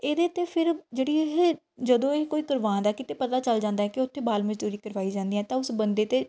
ਇਹਦੇ 'ਤੇ ਫਿਰ ਜਿਹੜੀ ਇਹ ਜਦੋਂ ਇਹ ਕੋਈ ਕਰਵਾਉਂਦਾ ਹੈ ਕਿਤੇ ਪਤਾ ਚੱਲ ਜਾਂਦਾ ਕਿ ਉੱਥੇ ਬਾਲ ਮਜ਼ਦੂਰੀ ਕਰਵਾਈ ਜਾਂਦੀ ਹੈ ਤਾਂ ਉਸ ਬੰਦੇ 'ਤੇ